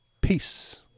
Peace